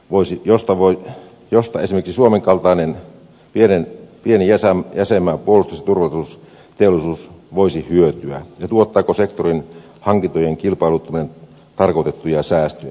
voisit josta voi nostaa esiin suomen kaltainen pienen pieniä san jose mä ja turvallisuusteollisuus voisi hyötyä ja tuottaako sektorin hankintojen kilpailuttaminen tarkoitettuja säästöjä